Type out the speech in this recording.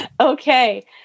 Okay